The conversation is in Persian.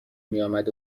میامد